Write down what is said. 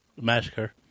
Massacre